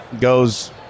goes